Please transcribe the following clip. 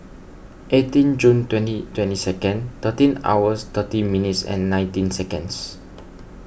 eighteen June twenty twenty second thirteen hours thirty minutes and nineteen seconds